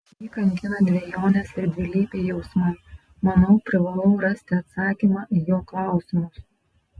jį kankina dvejonės ir dvilypiai jausmai manau privalau rasti atsakymą į jo klausimus